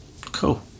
Cool